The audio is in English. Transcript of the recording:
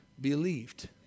believed